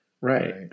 Right